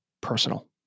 personal